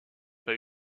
pas